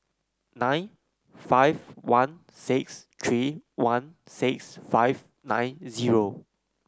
nine five one six three one six five nine zero